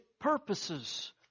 purposes